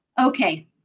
Okay